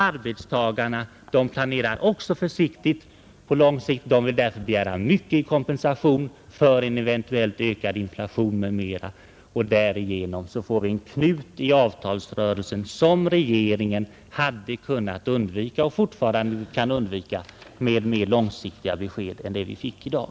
Arbetstagarna planerar också försiktigt på lång sikt, och de vill därför begära mycket i kompensation för en eventuellt ökad inflation m.m. Därigenom får vi en knut i avtalsrörelsen, som regeringen hade kunnat undvika och fortfarande kan undvika med ett mer långsiktigt besked än det vi fick i dag.